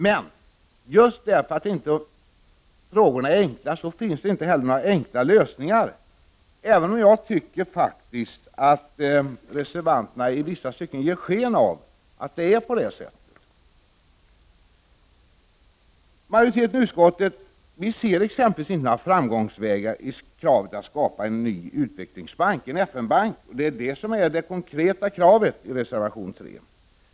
Men just därför att frågorna inte är enkla finns det inte heller några enkla lösningar. Jag tycker att reservanterna i vissa stycken ger sken av att det är på det sättet. Majoriteten i utskottet ser exempelvis inte några framgångsvägar i kravet på att skapa en ny utvecklingsbank, en FN-bank. Det är ju det konkreta kravet i reservation 3.